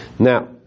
Now